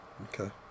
Okay